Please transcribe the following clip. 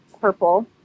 purple